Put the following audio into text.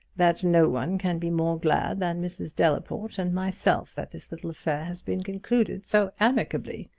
that no one can be more glad than mrs. delaporte and myself that this little affair has been concluded so amicably.